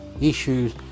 issues